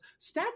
stats